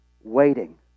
waiting